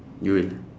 you will